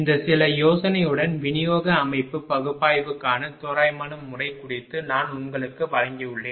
இந்த சில யோசனையுடன் விநியோக அமைப்பு பகுப்பாய்வுக்கான தோராயமான முறை குறித்து நான் உங்களுக்கு வழங்கியுள்ளேன்